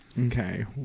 Okay